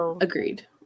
agreed